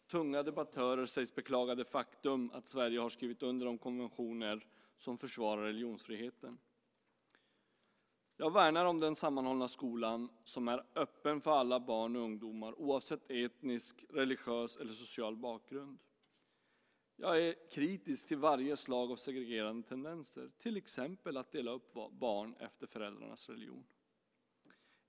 Tunga debattörer sägs beklaga det faktum att Sverige har skrivit under de konventioner som försvarar religionsfriheten. Jag värnar om den sammanhållna skolan som är öppen för alla barn och ungdomar, oavsett etnisk, religiös eller social bakgrund. Jag är kritisk till varje slag av segregerande tendenser, till exempel att dela upp barn efter föräldrarnas religion.